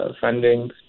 funding